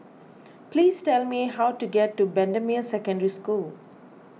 please tell me how to get to Bendemeer Secondary School